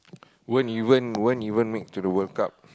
won't even won't even make to the World-Cup